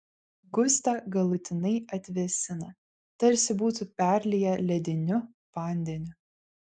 gustą galutinai atvėsina tarsi būtų perlieję lediniu vandeniu